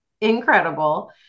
incredible